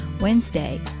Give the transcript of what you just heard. Wednesday